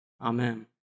Amen